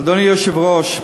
אדוני היושב-ראש,